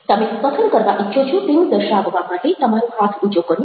તમે કથન કરવા ઈચ્છો છો તેવું દર્શાવવા માટે તમારો હાથ ઊંચો કરો